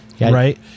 right